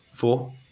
four